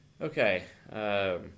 Okay